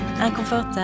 inconfortable